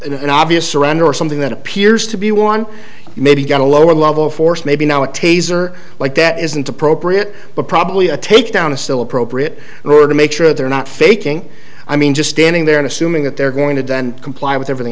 an obvious surrender or something that appears to be one maybe got a lower level of force maybe now a taser like that isn't appropriate but probably a takedown is still appropriate were to make sure they're not faking i mean just standing there and assuming that they're going to comply with everything